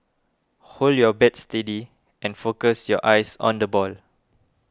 hold your bat steady and focus your eyes on the ball